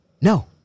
No